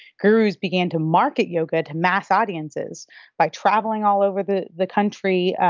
gurus began to market yoga to mass audiences by travelling all over the the country,